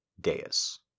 dais